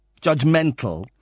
judgmental